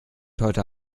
heute